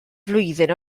flwyddyn